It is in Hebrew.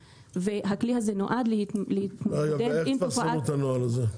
והכלי הזה נועד להתמודד עם תופעת --- איך תפרסמו את הנוהל הזה?